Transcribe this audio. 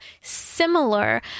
similar